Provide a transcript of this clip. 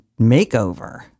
makeover